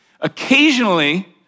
Occasionally